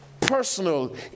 personal